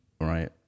right